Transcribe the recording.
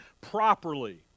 properly